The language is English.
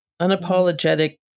Unapologetic